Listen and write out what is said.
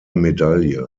medaille